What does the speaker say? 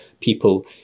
people